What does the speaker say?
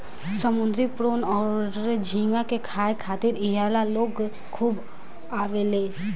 समुंद्री प्रोन अउर झींगा के खाए खातिर इहा लोग खूब आवेले